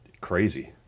crazy